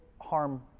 harm